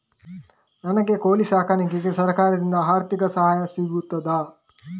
ನನಗೆ ಕೋಳಿ ಸಾಕಾಣಿಕೆಗೆ ಸರಕಾರದಿಂದ ಆರ್ಥಿಕ ಸಹಾಯ ಸಿಗುತ್ತದಾ?